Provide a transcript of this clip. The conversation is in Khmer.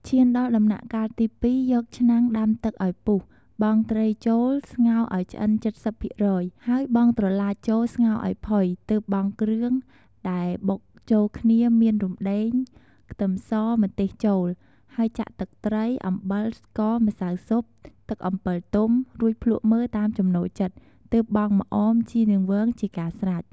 ឈានមកដល់ដំណាក់កាលទី២ យកឆ្នាំងដាំទឹកឱ្យពុះ បង់ត្រីចូលស្ងោរឱ្យឆ្អិន៧០% ហើយបង់ត្រឡាចចូលស្ងោរឱ្យផុយ ទើបបង់គ្រឿង ដែលបុកចូលគ្នាមានរំដេង ខ្ទឹមស ម្ទេស ចូល ហើយចាក់ទឹកត្រី អំបិល ស្ករ ម្សៅស៊ុប ទឹកអំពិលទុំ រួចភ្លក់មើលតាមចំណូលចិត្ដ ទើបបង់ម្អម ជីរនាងវង ជាការស្រេច ។